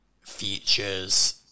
features